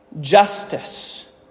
justice